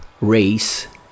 race